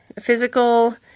physical